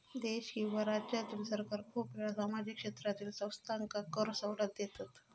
देश किंवा राज्यातील सरकार खूप वेळा सामाजिक क्षेत्रातील संस्थांका कर सवलत देतत